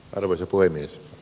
arvoisa puhemies